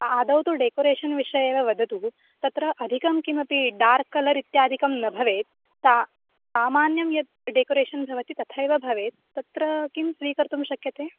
आदौ तु डेकोरेशन् विषये एव वदतु तत्र अधिकं किमपि डार्क् कलर् इत्यादिकं न भवेत् ता सामान्यं यत् डेकोरेशन् भवति तथैव भवेत् तत्र किं स्वीकर्तुं शक्यते